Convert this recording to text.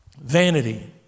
vanity